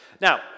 Now